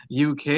UK